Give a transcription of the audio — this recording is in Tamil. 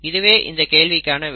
இதுவே இந்த கேள்விக்கான விடை